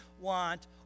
want